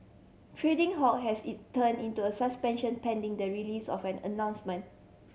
trading halt has turn into a suspension pending the release of an announcement